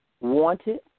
wanted